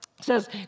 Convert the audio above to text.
says